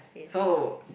so